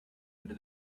into